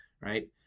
right